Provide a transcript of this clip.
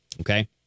okay